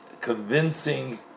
convincing